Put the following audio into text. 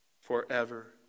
forever